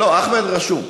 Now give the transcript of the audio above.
לא, אחמד רשום.